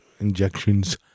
injections